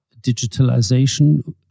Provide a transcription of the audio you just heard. digitalization